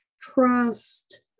Trust